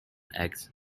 eggs